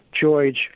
George